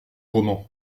roman